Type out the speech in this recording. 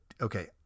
Okay